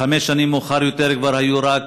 חמש שנים מאוחר יותר כבר היו רק